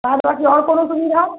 आओर बाकी आओर कोनो सुविधा